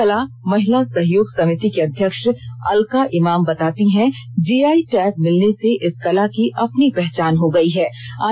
सोहराय कला महिला सहयोग समिति की अध्यक्ष अलका इमाम बताती हैं जीआई टैग मिलने से इस कला की अपनी पहचान हो गई है